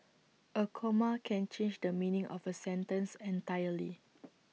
A comma can change the meaning of A sentence entirely